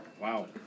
Wow